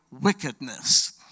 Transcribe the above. wickedness